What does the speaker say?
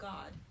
God